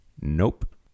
Nope